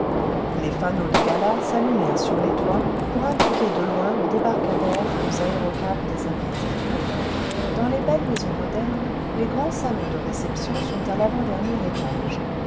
les fanaux de gala s'allumèrent sur les toits pour indiquer de loin le débarcadère aux aérocabs des invités dans les belles maisons modernes les grands salons de réception sont à lavaut dernier étage